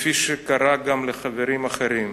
כפי שקרה גם לחברים אחרים.